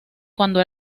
cuando